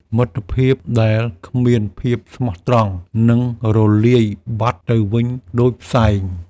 មិត្តភាពដែលគ្មានភាពស្មោះត្រង់ នឹងរលាយបាត់ទៅវិញដូចផ្សែង។